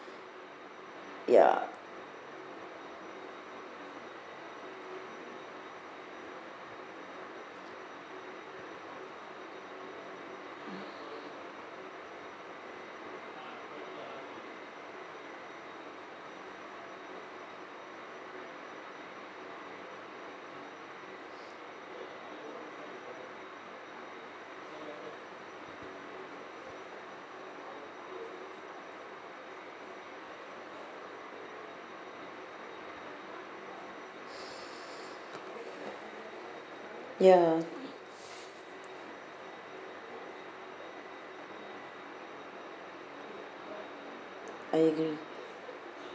ya ya I agree